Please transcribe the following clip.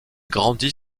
grandit